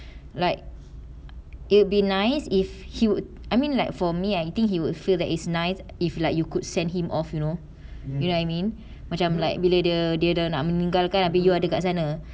like it'll be nice if he would I mean like for me I think he would feel that it's nice if you could send him off you know you know I mean macam like bila dia dia dah nak meninggal kan habis you ada kat sana